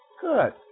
Good